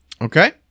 Okay